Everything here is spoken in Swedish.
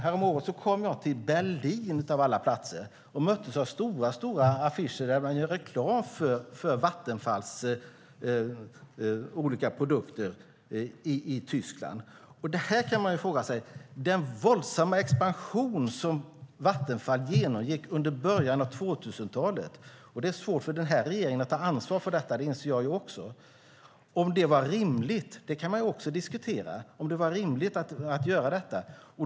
Häromåret kom jag till Berlin av alla platser och möttes av stora affischer där man gjorde reklam för Vattenfalls olika produkter i Tyskland. När det gäller den våldsamma expansion som Vattenfall genomgick i början av 2000-talet - jag inser att det är svårt för den nuvarande regeringen att ta ansvar för det - kan man diskutera om det var rimligt.